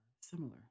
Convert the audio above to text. similar